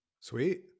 Sweet